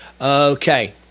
Okay